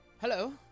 Hello